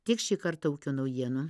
tiek šį kartą ūkio naujienų